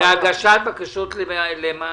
להגשת בקשות למענקים.